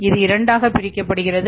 இதுஇரண்டாக பிரிக்கப்படுகிறது